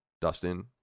Dustin